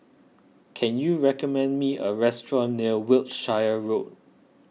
can you recommend me a restaurant near Wiltshire Road